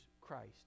Christ